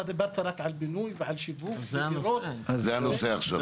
אתה דיברת רק על בינוי ושיכון --- זה הנושא עכשיו.